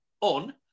on